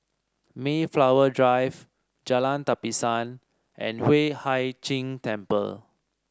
Mayflower Drive Jalan Tapisan and Hueh Hai Ching Temple